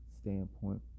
standpoint